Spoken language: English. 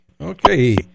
okay